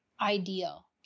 ideal